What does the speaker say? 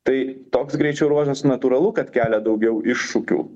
tai toks greičio ruožas natūralu kad kelia daugiau iššūkių